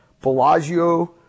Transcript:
Bellagio